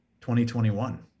2021